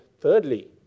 thirdly